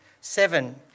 Seven